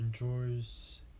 enjoys